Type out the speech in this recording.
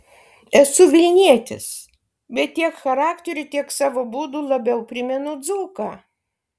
esu vilnietis bet tiek charakteriu tiek savo būdu labiau primenu dzūką